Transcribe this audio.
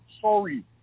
sorry